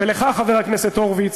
ולך, חבר הכנסת הורוביץ,